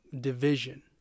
division